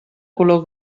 color